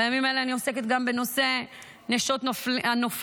בימים אלה אני עוסקת גם בנושא נשות הנופלים,